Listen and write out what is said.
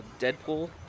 Deadpool